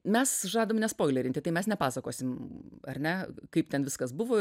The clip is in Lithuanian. mes žadam ne spoilerinti tai mes nepasakosim ar ne kaip ten viskas buvo ir